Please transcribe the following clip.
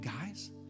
guys